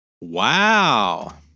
wow